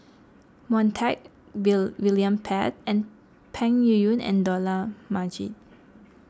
Montague William Pett and Peng Yuyun and Dollah Majid